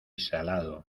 salado